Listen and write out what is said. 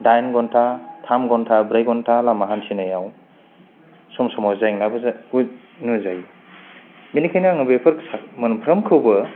दाइन घन्टा थाम घन्टा ब्रै घन्टा लामा हान्थिनायाव सम समाव जेंनाबो नुजायो बेनिखायनो आं बेफोर मोनफ्रोमखौबो